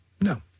No